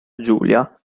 giulia